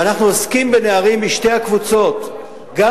ואנחנו עוסקים בנערים משתי הקבוצות: גם